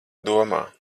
domā